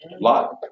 Lot